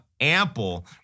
ample